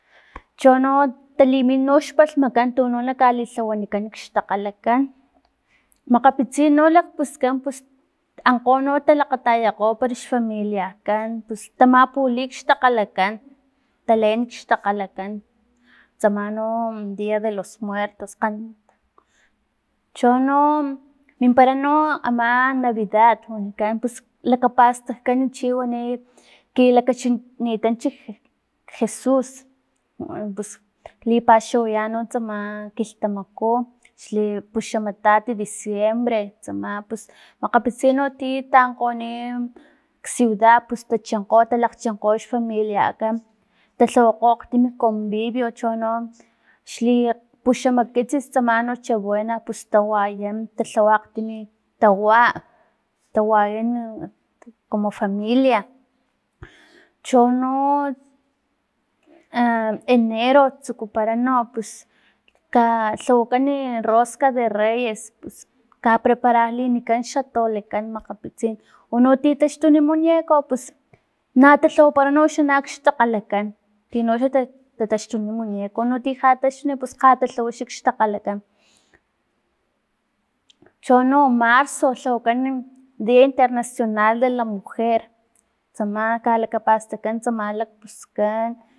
Chono talimin xpalhmakan tuno na kalilhawanikan xtakgalakan makgapitsin no lakpuskan pus ankgo no talakgatayakgo parax familiakan pus tamapuli kxtakgalakan, taleen xtakgalakan, tsama no dia de los muertos, ca- chono mimpara no ama navidad wanikan pus lakapastajkan chi wani lakachinitanch je- jesus puslipaxawaya no tsama kilhtamaku xli puxamatat diciembre tsama pus makgapitsin no tino tankgon- nak ciudad tachenkgo talakgchinkgo xfamiliakan talhawakgo akgtimi convivio chono xli puxamkitsis tsama nochebuena, pus tawayan talhawa agtimi tawa- tawayana como familia chono enero tsukupara no pus ka lhawakan rosca de reyes, pus kaprepararlinikan xatolekan makgapitsin uno tin taxtuni xmuñeco pusna talhawapara no xtakgalakan chino xa tataxtuni muñeco uno ti lha taxtuni pus lha talhawa xtakgalakan, chono marzo lhawakan dia internacional de la mujer tsama kalakapastajkan tsama lakpuskan